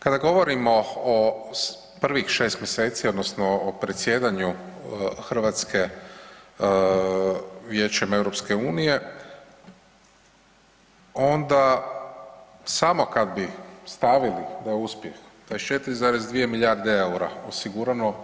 Kada govorimo o prvih šest mjeseci, odnosno o predsjedanju Hrvatske Vijećem EU onda samo kad bi stavili taj uspjeh 24,2 milijarde eura osigurano.